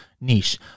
niche